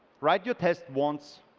write your test once,